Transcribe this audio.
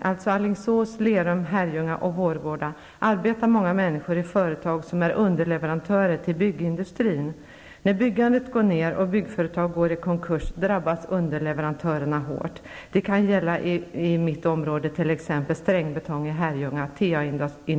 Herrljunga och Vårgårda -- arbetar många människor i företag som är underleverantörer till byggindustrin. När byggandet går ned och byggföretag går i konkurs drabbas underleverantörerna hårt. Det gäller t.ex.